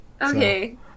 Okay